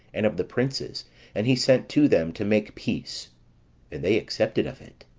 and of the princes and he sent to them to make peace and they accepted of it.